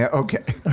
ah okay.